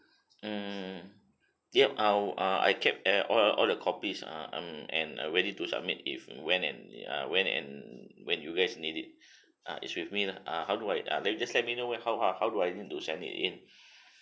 mm yup I'll uh I kept eh all all the copies uh um and went it to submit if when and ya when and when you guys need it ah is with me lah ah how do I ah then you just let me know when how ha how do I need to send it in